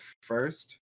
first